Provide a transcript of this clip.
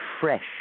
fresh